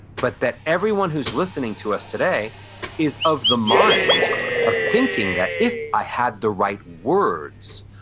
but that everyone who's listening to us today is of the mind of thinking that if i had the right words,